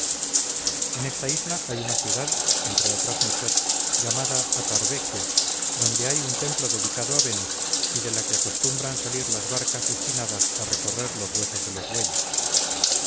en esta isla hay una ciudad entre otras muchas llamada atarbechia donde hay un templo dedicado a venus y de la que acostumbran salir las barcas destinadas a recorrer los huesos de los bueyes